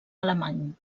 alemany